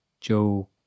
Joe